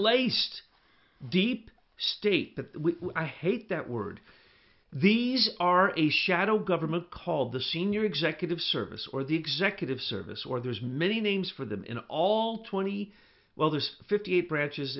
placed deep state that i hate that word these are a shadow government called the senior executive service or the executive service or there's many names for them in all twenty well those fifty eight branches